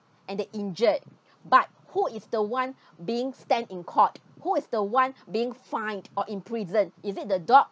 and they injured but who is the one being stand in court who is the one being fined or imprisoned is it the dog